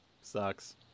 Sucks